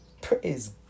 Praise